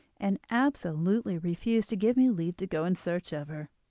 and absolutely refused to give me leave to go in search of her,